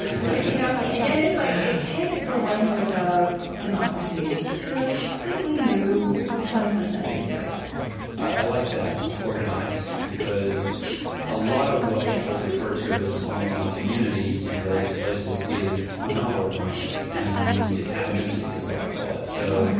which you know again, it's like it takes the language of democracy democracy to a slightly new twenty first century place i like that, organized, because a lot of what people refer to as online community in various places is not organized, and it's atomistic is what i call it. so,